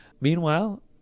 meanwhile